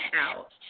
out